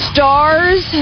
Stars